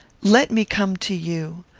let me come to you.